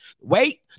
wait